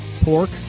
pork